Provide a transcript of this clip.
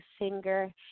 singer